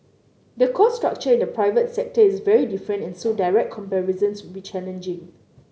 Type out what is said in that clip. the cost structure in the private sector is very different and so direct comparisons would be challenging